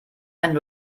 einen